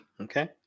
okay